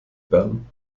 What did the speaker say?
bern